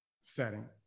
setting